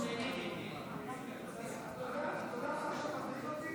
הצעת חוק לתיקון פקודת התעבורה (הגבלת דמי חניה בחניוני בתי חולים),